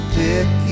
pick